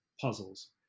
puzzles